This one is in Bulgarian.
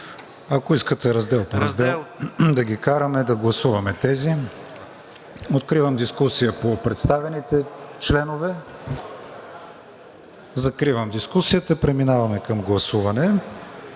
Ако искате раздел по раздел да ги караме. Да гласуваме тези. Откривам дискусия по представените членове. Закривам дискусията. Преминаваме към гласуване: